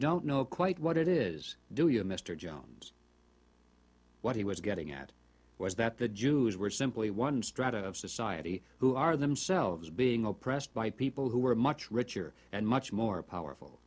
don't know quite what it is do you mr jones what he was getting at was that the jews were simply one strata of society who are themselves being oppressed by people who were much richer and much more powerful